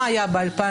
מה היה ב-2013,